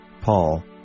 Paul